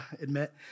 admit